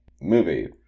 movie